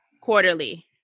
Quarterly